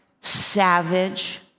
savage